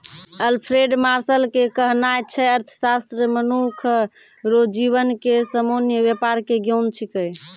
Alfred Marshall के कहनाय छै अर्थशास्त्र मनुख रो जीवन के सामान्य वेपार के ज्ञान छिकै